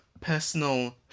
personal